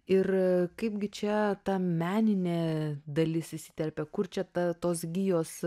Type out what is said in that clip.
ir kaipgi čia ta meninė dalis įsiterpė kur čia ta tos gijos